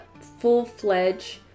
full-fledged